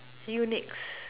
you next